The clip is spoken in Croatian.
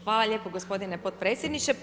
Hvala lijepo gospodine potpredsjedniče.